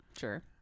Sure